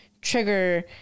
trigger